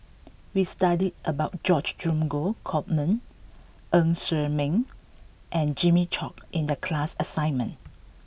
We studied about George Dromgold Coleman Ng Ser Miang and Jimmy Chok in the class assignment